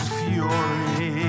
fury